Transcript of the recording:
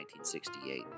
1968